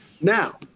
Now